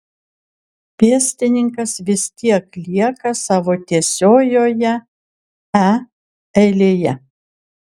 pėstininkas vis tiek lieka savo tiesiojoje e eilėje